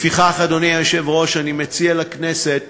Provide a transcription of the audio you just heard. לפיכך, אדוני היושב-ראש, אני מציע לכנסת